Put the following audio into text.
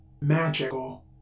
magical